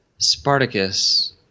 Spartacus